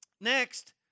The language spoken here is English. next